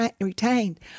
retained